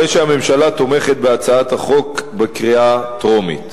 הרי שהממשלה תומכת בהצעת החוק בקריאה טרומית.